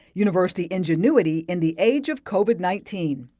university ingenuity in the age of covid nineteen.